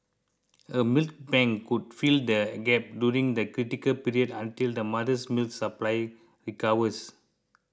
a milk bank could fill the gap during the critical period until the mother's milk supply recovers